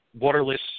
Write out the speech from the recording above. waterless